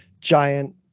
giant